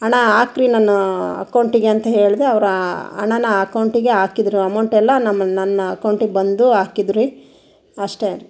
ಹಣ ಹಾಕ್ರಿ ನನ್ನ ಅಕೌಂಟಿಗೆ ಅಂತ ಹೇಳಿದೆ ಅವ್ರು ಹಾಣಾನ ಅಕೌಂಟಿಗೆ ಹಾಕಿದ್ರು ಅಮೌಂಟೆಲ್ಲ ನಮ್ಮ ನನ್ನ ಅಕೌಂಟಿಗೆ ಬಂದು ಹಾಕಿದ್ರಿ ಅಷ್ಟೇ ರೀ